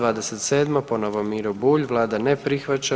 27. ponovo Miro Bulj, Vlada ne prihvaća.